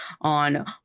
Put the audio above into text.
on